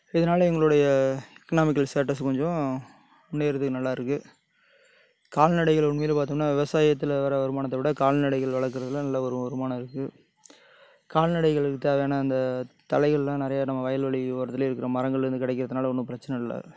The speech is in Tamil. இதுனால எங்களுடைய எக்கனாமிக்கல் ஸ்டேட்டஸ் கொஞ்சம் முன்னேறது நல்லாருக்கு கால்நடைகள் உண்மையிலே பார்த்தோம்னா விவசாயத்தில் வர வருமானத்தைவிட கால்நடைகள் வளர்க்குறதுல நல்ல ஒரு வருமான இருக்கு கால்நடைகளுக்கு தேவையான அந்த தழைகள்லாம் நிறையா நம்ம வயல்வெளி ஓரத்துல இருக்கிற மரங்கள்லேந்து கிடைக்கிறதுனால ஒன்றும் பிரச்சனை இல்லை